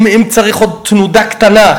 אם צריך עוד תנודה קטנה,